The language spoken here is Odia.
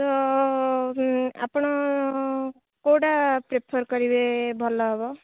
ତ ଆପଣ କୋଉଟା ପ୍ରିଫର୍ କରିବେ ଭଲ ହେବ